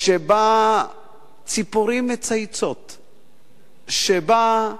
שציפורים מצייצות בה,